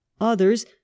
Others